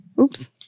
Oops